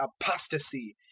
apostasy